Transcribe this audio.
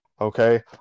okay